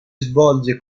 svolge